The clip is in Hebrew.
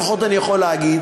לפחות אני יכול להגיד,